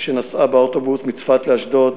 שנסעה באוטובוס מצפת לאשדוד.